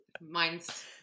mine's